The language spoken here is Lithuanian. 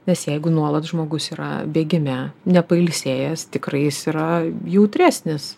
nes jeigu nuolat žmogus yra bėgime nepailsėjęs tikrai jis yra jautresnis